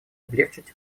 облегчить